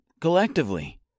collectively